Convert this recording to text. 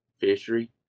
fishery